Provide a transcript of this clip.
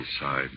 inside